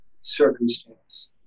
circumstance